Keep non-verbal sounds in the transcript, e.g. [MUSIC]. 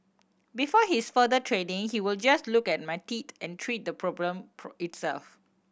before his further training he would just look at my teeth and treat the problem [UNINTELLIGIBLE] itself